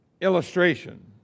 illustration